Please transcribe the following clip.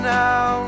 now